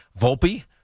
Volpe